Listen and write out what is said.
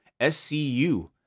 SCU